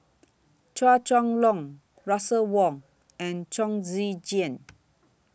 Chua Chong Long Russel Wong and Chong Tze Chien